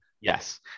Yes